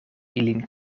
ilin